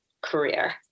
career